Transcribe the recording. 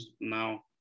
now